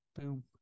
Boom